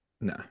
no